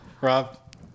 Rob